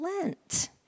Lent